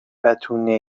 بتونه